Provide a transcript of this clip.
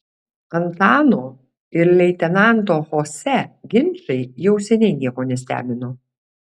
antano ir leitenanto chose ginčai jau seniai nieko nestebino